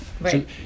Right